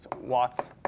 Watts